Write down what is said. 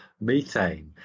methane